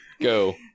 Go